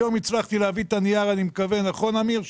היום הצלחתי להביא את הנייר נכון, אמיר?